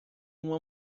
uma